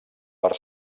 per